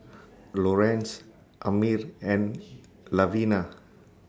Lorenz Amir and Lavina